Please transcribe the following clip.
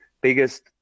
biggest